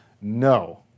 No